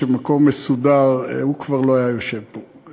שבמקום מסודר הוא כבר לא היה יושב פה.